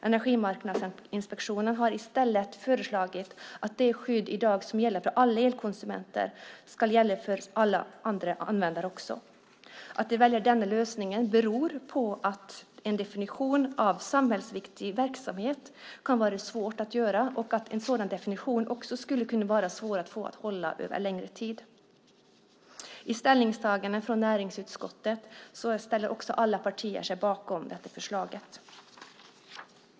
Energimarknadsinspektionen har i stället föreslagit att det skydd som i dag gäller för alla elkonsumenter ska gälla för alla andra användare också. Att man väljer denna lösning beror på att en definition av samhällsviktig verksamhet kan vara svår att göra och att en sådan definition också skulle kunna vara svår att få att hålla över längre tid. I ställningstagandet från näringsutskottet ställer sig alla partier bakom detta förslag.